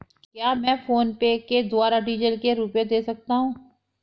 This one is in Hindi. क्या मैं फोनपे के द्वारा डीज़ल के रुपए दे सकता हूं?